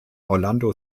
orlando